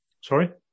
Sorry